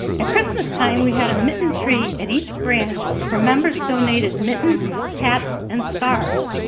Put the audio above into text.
at christmastime we had a mitten tree at each branch, where members donated mittens, hats, and scarves.